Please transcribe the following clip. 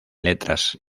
letras